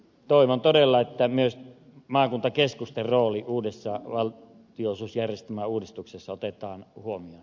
toivon todella että myös maakuntakeskusten rooli uudessa valtionosuusjärjestelmässä otetaan huomioon